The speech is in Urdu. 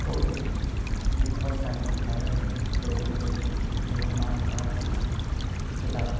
اردو کی بہت ساری کتابیں جیسے کہ فضل الرحمان صاحب کی کتاب